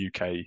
UK